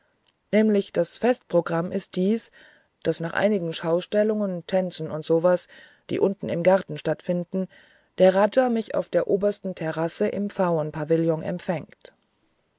nämlich das festprogramm ist dies daß nach einigen schaustellungen tänzen und so was die unten im garten stattfinden der raja mich auf der obersten terrasse im pfauenpavillon empfängt